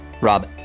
Rob